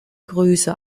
größe